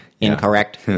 Incorrect